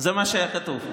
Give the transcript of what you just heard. זה מה שהיה כתוב.